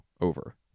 over